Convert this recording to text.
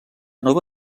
nova